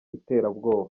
iterabwoba